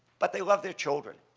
but they love their children,